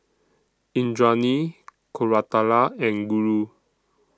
Indranee Koratala and Guru